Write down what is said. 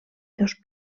dos